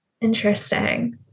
Interesting